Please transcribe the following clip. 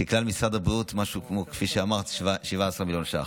בכלל משרד הבריאות זה משהו כמו 17 מיליון שקלים,